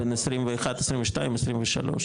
בין 21-22 ו-23,